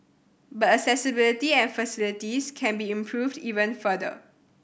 but accessibility and facilities can be improved even further